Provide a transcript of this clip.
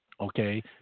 okay